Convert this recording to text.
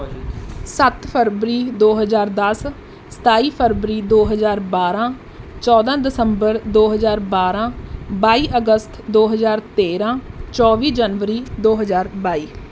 ਸੱਤ ਫਰਵਰੀ ਦੋ ਹਜ਼ਾਰ ਦਸ ਸਤਾਈ ਫਰਵਰੀ ਦੋ ਹਜ਼ਾਰ ਬਾਰ੍ਹਾਂ ਚੌਦ੍ਹਾਂ ਦਸੰਬਰ ਦੋ ਹਜ਼ਾਰ ਬਾਰ੍ਹਾਂ ਬਾਈ ਅਗਸਤ ਦੋ ਹਜ਼ਾਰ ਤੇਰ੍ਹਾਂ ਚੌਵੀ ਜਨਵਰੀ ਦੋ ਹਜ਼ਾਰ ਬਾਈ